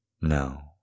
No